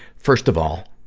first of all,